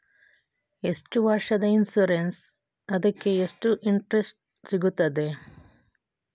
ಎಷ್ಟು ವರ್ಷದ ಇನ್ಸೂರೆನ್ಸ್ ಅದಕ್ಕೆ ಎಷ್ಟು ಇಂಟ್ರೆಸ್ಟ್ ಸಿಗುತ್ತದೆ?